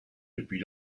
depuis